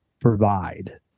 provide